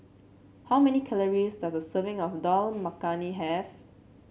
how many calories does a serving of Dal Makhani have